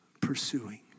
pursuing